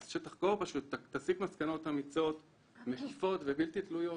אז שתחקור, תסיק מסקנות אמיצות ובלתי תלויות,